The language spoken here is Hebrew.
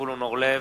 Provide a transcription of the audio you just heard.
זבולון אורלב,